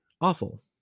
Awful